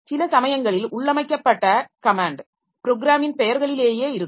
சில சமயங்களில் உள்ளமைக்கப்பட்ட கமேன்ட் ப்ரோக்ராமின் பெயர்களிலேயே இருக்கும்